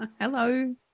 Hello